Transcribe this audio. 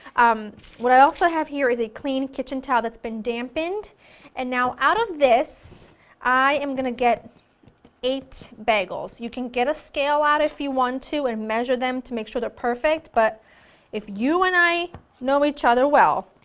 um what i also have here is a clean kitchen towel that's been dampened and now out of this i am going to get eight bagels, you can get a scale out if you want to and measure them to make sure they're perfect, but if you and i know each other well,